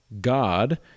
God